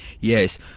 Yes